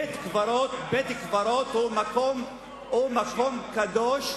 בית-קברות הוא מקום קדוש,